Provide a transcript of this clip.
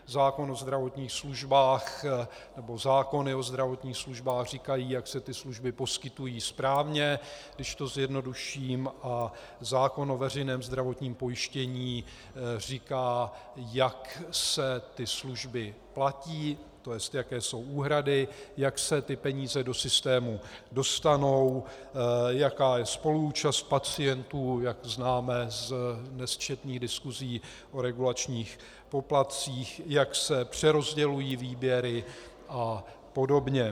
Zákon o zdravotních službách nebo zákony o zdravotních službách říkají, jak se ty služby poskytují správně, když to zjednoduším, a zákon o veřejném zdravotním pojištění říká, jak se ty služby platí, to jest, jaké jsou úhrady, jak se ty peníze do systému dostanou, jaká je spoluúčast pacientů, jak známe z nesčetných diskuzí o regulačních poplatcích, jak se přerozdělují výběry apod.